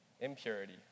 impurity